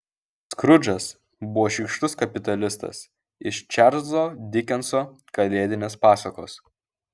skrudžas buvo šykštus kapitalistas iš čarlzo dikenso kalėdinės pasakos